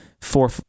four